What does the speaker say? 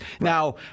Now